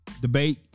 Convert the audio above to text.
debate